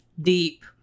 deep